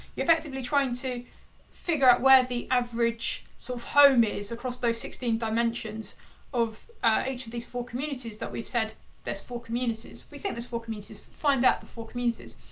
you're effectively trying to figure out where the average sort so of home is across those sixteen dimensions of each of these four communities that we've said there's four communities. we've think there's four communities, find out the four communities.